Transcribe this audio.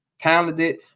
talented